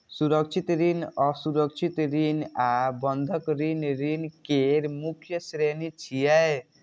सुरक्षित ऋण, असुरक्षित ऋण आ बंधक ऋण ऋण केर मुख्य श्रेणी छियै